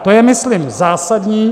To je myslím zásadní.